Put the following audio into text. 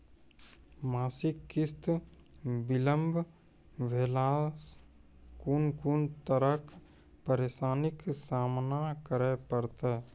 मासिक किस्त बिलम्ब भेलासॅ कून कून तरहक परेशानीक सामना करे परतै?